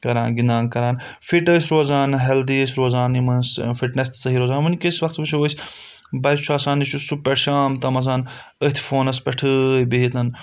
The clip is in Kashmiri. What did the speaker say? کَران گِنٛدان کَران فِٹ ٲسۍ روزان ہؠلدی ٲسۍ روزان یِمَن فِٹنؠس تہِ صحیح روزان وٕنکؠس وقتہٕ وٕچھو أسۍ بَچہِ چھُ آسان یہِ چھُ سُپٕہ پؠٹھ شام تام آسان أتھۍ فونَس پؠٹھٕے بِہِتھ